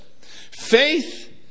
Faith